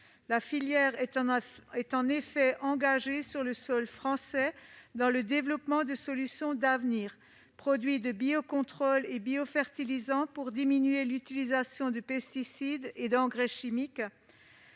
La filière est en effet engagée, sur le sol français, au développement de solutions d'avenir, telles que les produits de biocontrôle et biofertilisants pour diminuer l'utilisation de pesticides et d'engrais chimiques,